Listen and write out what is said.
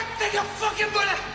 take your fucking bullet!